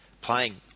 playing